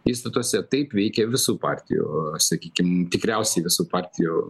įstatuose taip veikia visų partijų sakykim tikriausiai visų partijų